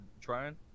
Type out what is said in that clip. trying